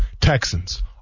Texans